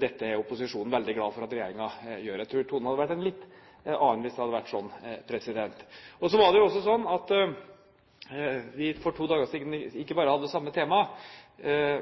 dette er opposisjonen veldig glad for at regjeringen gjør. Jeg tror tonen hadde vært en litt annen hvis det hadde vært sånn. For to dager siden diskuterte vi ikke bare samme tema,